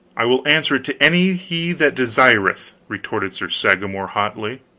i will answer it to any he that desireth! retorted sir sagramor hotly.